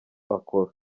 akora